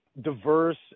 diverse